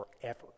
forever